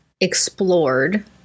explored